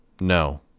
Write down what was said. No